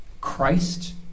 Christ